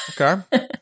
Okay